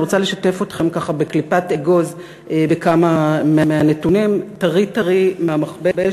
ואני רוצה לשתף אתכם בקליפת אגוז בכמה נתונים טרי-טרי מהמכבש,